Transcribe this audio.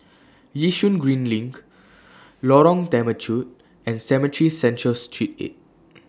Yishun Green LINK Lorong Temechut and Cemetry Central Street eight